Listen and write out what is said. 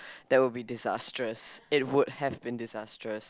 that would be disastrous it would have been disastrous